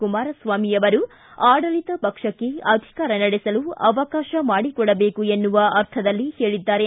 ಕುಮಾರಸ್ವಾಮಿ ಆಡಳತ ಪಕ್ಷಕ್ಷ ಅಧಿಕಾರ ನಡೆಸಲು ಅವಕಾಶ ಮಾಡಿಕೊಡಬೇಕು ಎನ್ನುವ ಅರ್ಥದಲ್ಲಿ ಹೇಳಿದ್ದಾರೆ